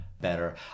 better